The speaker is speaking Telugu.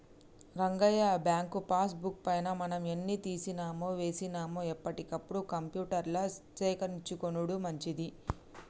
రంగయ్య బ్యాంకు పాస్ బుక్ పైన మనం ఎన్ని తీసినామో వేసినాము ఎప్పటికప్పుడు కంప్యూటర్ల సేకరించుకొనుడు మంచిది